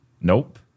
nope